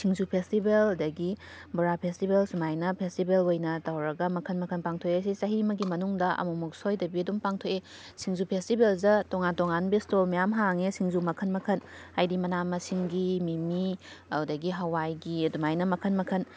ꯁꯤꯡꯖꯨ festival ꯑꯗꯨꯗꯒꯤ ꯕꯣꯔꯥ festival ꯑꯁꯨꯃꯥꯏꯅ ꯐꯦꯁꯇꯤꯕꯦꯜ ꯑꯣꯏꯅ ꯇꯧꯔꯒ ꯃꯈꯜ ꯃꯈꯜ ꯄꯥꯡꯊꯣꯛꯑꯦ ꯁꯤ ꯆꯍꯤ ꯑꯃꯒꯤ ꯃꯅꯨꯡꯗ ꯑꯃꯨꯛꯑꯃꯨꯛ ꯁꯣꯏꯗꯕꯤ ꯑꯗꯨꯝ ꯄꯥꯡꯊꯣꯛꯑꯦ ꯁꯤꯡꯖꯨ ꯐꯦꯁꯇꯤꯕꯦꯜꯁꯤꯗ ꯇꯣꯉꯥꯟ ꯇꯣꯉꯥꯟꯕ ꯏꯁꯇꯣꯜ ꯃꯌꯥꯝ ꯍꯥꯡꯉꯦ ꯁꯤꯡꯖꯨ ꯃꯈꯜ ꯃꯈꯜ ꯍꯥꯏꯗꯤ ꯃꯅꯥ ꯃꯁꯤꯡꯒꯤ ꯃꯤ ꯃꯤ ꯑꯗꯨꯗꯒꯤ ꯍꯋꯥꯏꯒꯤ ꯑꯗꯨꯃꯥꯏꯅ ꯃꯈꯜ ꯃꯈꯜ